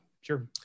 sure